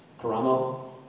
Karamo